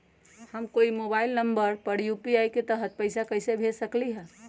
हम कोई के मोबाइल नंबर पर यू.पी.आई के तहत पईसा कईसे भेज सकली ह?